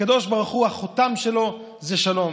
הקדוש ברוך הוא, החותם שלו זה שלום.